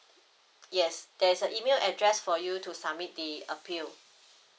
yes there's a email address for you to submit the appeal